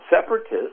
separatists